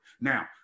Now